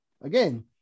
again